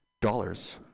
dollars